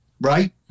right